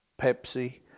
Pepsi